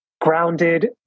grounded